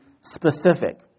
specific